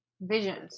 visions